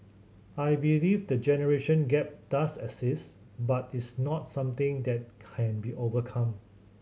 I believe the generation gap does exist but it's not something that can't be overcome